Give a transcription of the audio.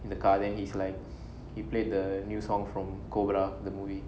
in the car then he's like he played the new song from cobra the movie